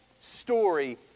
story